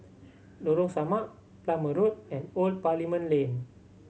Lorong Samak Plumer Road and Old Parliament Lane